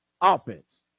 offense